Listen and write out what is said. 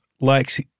likes